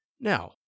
now